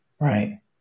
Right